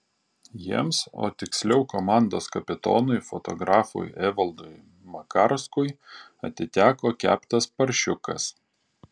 jiems o tiksliau komandos kapitonui fotografui evaldui makarskui atiteko keptas paršiukas